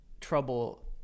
trouble